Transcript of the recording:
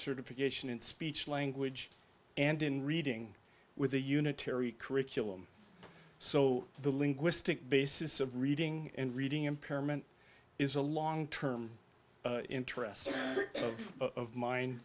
certification in speech language and in reading with the unitary curriculum so the linguistic basis of reading and reading impairment is a long term interest of